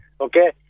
Okay